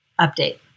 update